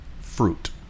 fruit